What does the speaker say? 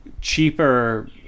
cheaper